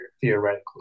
theoretically